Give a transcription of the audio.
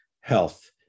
health